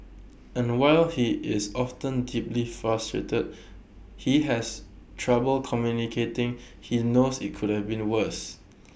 and while he is often deeply frustrated he has trouble communicating he knows IT could have been worse